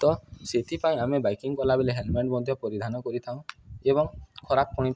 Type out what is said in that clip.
ତ ସେଥିପାଇଁ ଆମେ ବାଇକିଂ କଲାବେେଲେ ହେଲମେଟ୍ ମଧ୍ୟ ପରିଧାନ କରିଥାଉଁ ଏବଂ ଖରାପ ପୁଣି